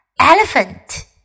elephant